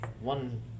One